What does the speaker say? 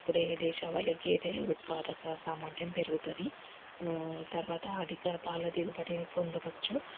అప్పుడే దేశవాలి గేదె ఉత్పాదక సామర్థ్యం పెరుగుతుంది తర్వాత అధిక పాల దిగుబడిని పొందవచ్చు